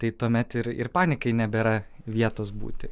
tai tuomet ir ir panikai nebėra vietos būti